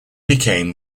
became